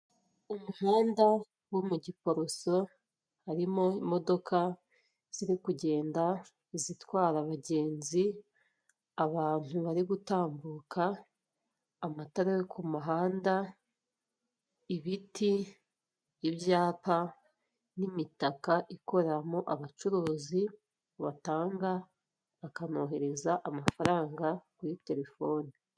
Umuhanda wo mu giporoso harimo imodoka ziri kugenda zitwara abagenzi, abantu bari gutambuka, amatara yo ku muhanda, ibiti ibyapa n'imitaka ikoreramo abacuruzi, batanga bakanohereza amafaranga kuri telefoni.